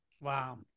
wow